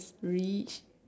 rich